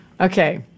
Okay